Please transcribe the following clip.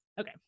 Okay